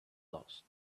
lost